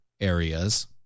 areas